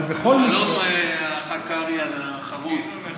שלום, חה"כ קרעי החרוץ.